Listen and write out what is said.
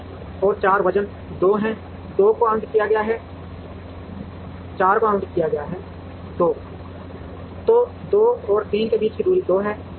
3 और 4 वजन 2 है 3 को आवंटित किया गया है 4 को आवंटित किया गया है तो 2 और 3 के बीच की दूरी 2 है